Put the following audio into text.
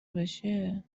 بشه